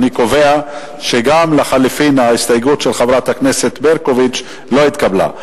אני קובע שגם ההסתייגות לחלופין של חברת הכנסת ברקוביץ לא התקבלה.